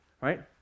right